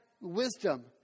wisdom